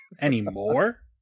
Anymore